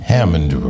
Hammond